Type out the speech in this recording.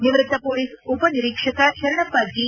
ನಿವೃತ್ತ ಪೊಲೀಸ್ ಉಪನಿರೀಕ್ಷಕ ಶರಣಪ್ಪ ಜಿ